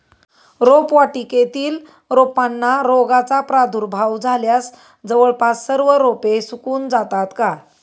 रोपवाटिकेतील रोपांना रोगाचा प्रादुर्भाव झाल्यास जवळपास सर्व रोपे सुकून जातात का?